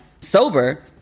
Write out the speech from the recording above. Sober